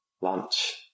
lunch